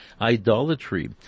Idolatry